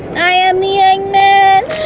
i a um the egg man,